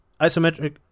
isometric